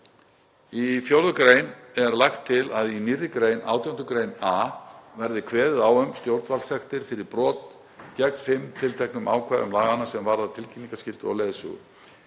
Í 4. gr. er lagt til að í nýrri grein, 18. gr. a, verði kveðið á um stjórnvaldssektir fyrir brot gegn fimm tilteknum ákvæðum laganna sem varða tilkynningarskyldu og leiðsögu.